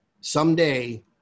someday